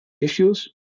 issues